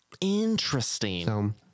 Interesting